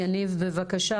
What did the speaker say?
יניב בבקשה,